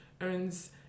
earns